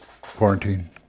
quarantine